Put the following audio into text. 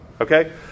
Okay